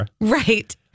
Right